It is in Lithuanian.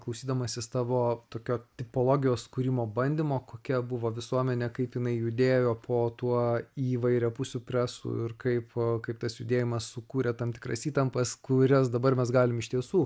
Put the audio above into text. klausydamasis tavo tokio tipologijos kūrimo bandymo kokia buvo visuomenė kaip jinai judėjo po tuo įvairiapusiu presu ir kaip kaip tas judėjimas sukūrė tam tikras įtampas kurias dabar mes galim iš tiesų